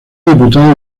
diputado